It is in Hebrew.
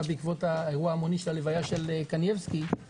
בעקבות האירוע ההמוני בהלוויה של קניבסקי.